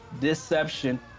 deception